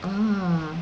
oo